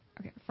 Okay